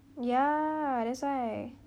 ya that's why